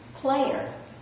player